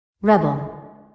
Rebel